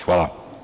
Hvala.